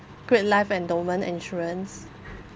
great life endowment insurance